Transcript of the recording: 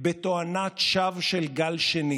אדוני היושב-ראש,